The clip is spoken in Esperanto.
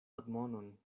admonon